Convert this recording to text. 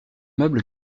meubles